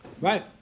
Right